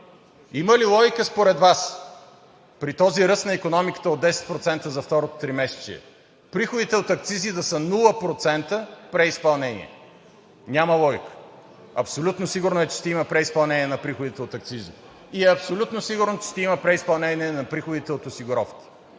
Има ли логика според Вас при този ръст на икономиката от 10% за второто тримесечие приходите от акцизи да са нула процента преизпълнение? Няма логика. Абсолютно сигурно е, че ще има преизпълнение на приходите от акцизи, и абсолютно сигурно е, че ще има преизпълнение на приходите от осигуровки.